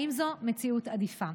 האם זו מציאות עדיפה?